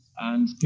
and